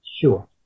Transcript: Sure